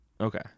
Okay